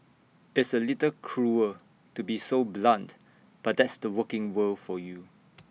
it's A little cruel to be so blunt but that's the working world for you